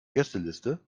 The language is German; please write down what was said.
gästeliste